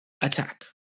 attack